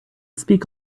speak